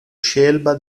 scelba